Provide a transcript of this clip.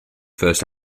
first